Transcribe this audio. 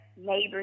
neighbors